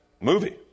movie